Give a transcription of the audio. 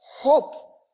Hope